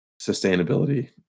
sustainability